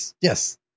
yes